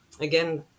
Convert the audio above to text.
again